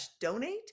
donate